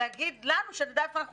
להגיד לנו שנדע איפה אנחנו